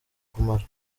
kumara